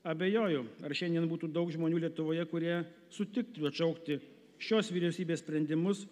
abejoju ar šiandien būtų daug žmonių lietuvoje kurie sutiktų atšaukti šios vyriausybės sprendimus